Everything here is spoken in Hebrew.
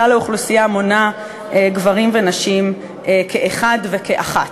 כלל האוכלוסייה הוא גברים ונשים כאחד וכאחת.